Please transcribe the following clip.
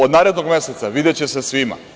Od narednog meseca videće se svima.